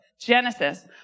Genesis